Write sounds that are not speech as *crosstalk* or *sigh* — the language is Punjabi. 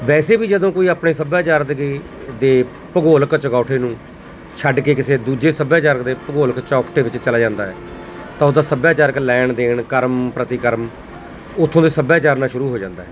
ਵੈਸੇ ਵੀ ਜਦੋਂ ਕੋਈ ਆਪਣੇ ਸੱਭਿਆਚਾਰ ਦੇ *unintelligible* ਦੇ ਭੂਗੋਲਿਕ ਚੋਗਾਠੇ ਨੂੰ ਛੱਡ ਕੇ ਕਿਸੇ ਦੂਜੇ ਸੱਭਿਆਚਾਰ ਦੇ ਭੂਗੋਲਿਕ ਚੌਕਠੇ ਵਿੱਚ ਚਲਾ ਜਾਂਦਾ ਹੈ ਤਾਂ ਉਹਦਾ ਸੱਭਿਆਚਾਰਕ ਲੈਣ ਦੇਣ ਕਰਮ ਪ੍ਰਤੀਕਰਮ ਉੱਥੋਂ ਦੇ ਸੱਭਿਆਚਾਰ ਨਾਲ ਸ਼ੁਰੂ ਹੋ ਜਾਂਦਾ ਹੈ